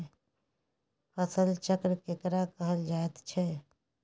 फसल चक्र केकरा कहल जायत छै?